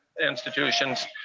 institutions